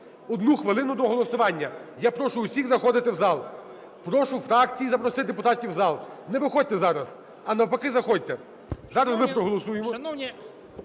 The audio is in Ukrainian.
1 хвилину до голосування. Я прошу всіх заходити в зал. Прошу фракції запросити депутатів в зал. Не виходьте зараз, а навпаки заходьте. Зараз ми проголосуємо.